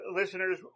listeners